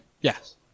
Yes